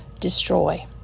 destroy